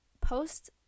post